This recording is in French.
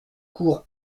cours